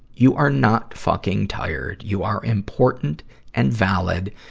you are not fucking tired. you are important and valid,